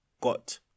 got